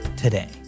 Today